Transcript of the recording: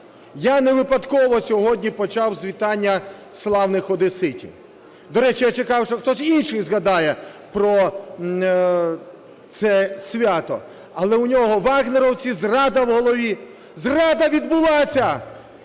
Я не випадково сьогодні почав з вітання славних одеситів. До речі, я чекав, що хтось інший згадає про це свято, але в нього "вагнерівці", зрада в голові. Зрада відбулася!